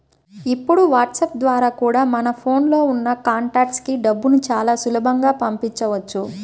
ఇప్పుడు వాట్సాప్ ద్వారా కూడా మన ఫోన్ లో ఉన్న కాంటాక్ట్స్ కి డబ్బుని చాలా సులభంగా పంపించవచ్చు